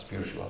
spiritual